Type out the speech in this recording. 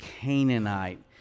Canaanite